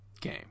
game